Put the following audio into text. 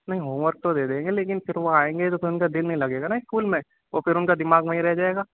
نہیں homework تو دے دیں گے لیکن پھر وہ آئیں گے تب تو اُن کا دِل نہیں لگے گا نا اسکول میں اور پھر اُن کا دماغ وہیں رہ جائے گا